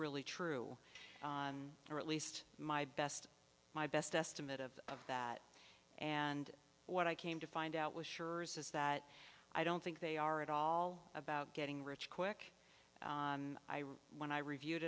really true on or at least my best my best estimate of that and what i came to find out was sure is that i don't think they are at all about getting rich quick when i reviewed